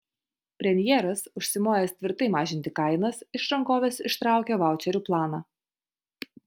premjeras užsimojęs tvirtai mažinti kainas iš rankovės ištraukė vaučerių planą